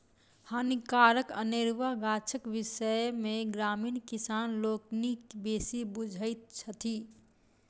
हानिकारक अनेरुआ गाछक विषय मे ग्रामीण किसान लोकनि बेसी बुझैत छथि